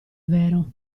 vero